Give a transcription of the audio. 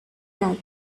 that